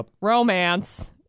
romance